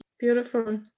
beautiful